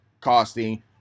costing